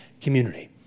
community